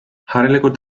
harilikult